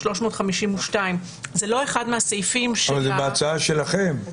352. אבל זה בהצעה שלכם,